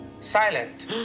silent